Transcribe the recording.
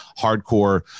hardcore